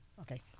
Okay